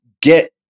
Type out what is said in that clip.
get